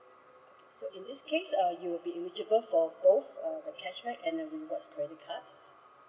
okay so in this case uh you will be eligible for both uh cashback and uh rewards credit card